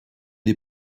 des